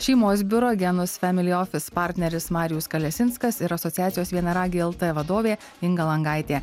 šeimos biuro genus family office partneris marijus kalesinskas ir asociacijos vienaragiai lt vadovė inga langaitė